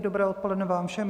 Dobré odpoledne vám všem.